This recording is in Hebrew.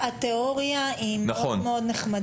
התיאוריה היא מאוד מאוד נחמדה,